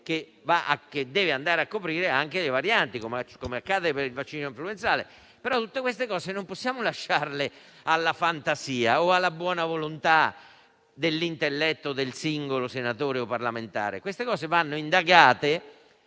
che deve coprire anche le varianti, come accade per quello influenzale. Tutte queste vicende, però, non possiamo lasciarle alla fantasia o alla buona volontà dell'intelletto del singolo senatore o parlamentare; queste cose vanno indagate